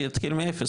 יתחיל מאפס,